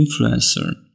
influencer